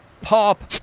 Pop